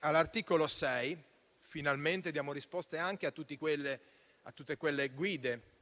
All'articolo 6, finalmente diamo risposte anche a tutte le guide che,